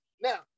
Now